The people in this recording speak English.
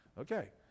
okay